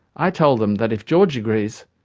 i told them that if george agrees,